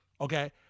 Okay